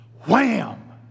wham